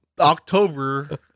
October